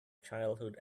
childhood